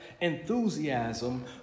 enthusiasm